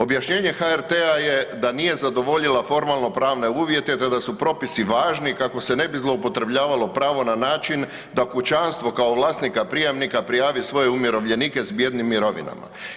Objašnjenje HRT-a je da nije zadovoljila formalno pravne uvjete, te da su propisi važni kako se ne bi zloupotrebljavalo pravo na način da kućanstvo kao vlasnika prijamnika prijavi svoje umirovljenike s bijednim mirovinama.